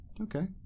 Okay